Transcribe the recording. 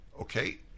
Okay